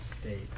state